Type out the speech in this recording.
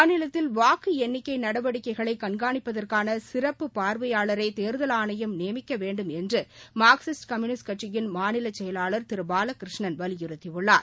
மாநிலத்தில் வாக்கு எண்ணிக்கை நடவடிக்கைகளை கண்காணிப்பதற்கான சிறப்பு பார்வையாளரை தேர்தல் ஆணையம் நியமிக்க வேண்டும் என்று மார்க்கிஸ்ட் கம்யூனிஸ்ட் கட்சியின் மாநில செயலாளர் திரு பாலகிருஷ்ணன் வலியுறுத்தியுள்ளார்